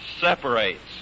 separates